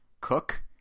cook